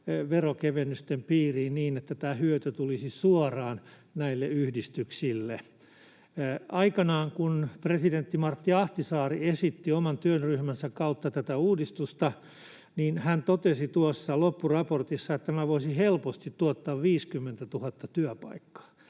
veronkevennysten piiriin niin, että tämä hyöty tulisi suoraan näille yhdistyksille. Aikanaan, kun presidentti Martti Ahtisaari esitti oman työryhmänsä kautta tätä uudistusta, hän totesi tuossa loppuraportissa, että tämä voisi helposti tuottaa 50 000 työpaikkaa.